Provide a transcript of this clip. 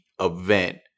event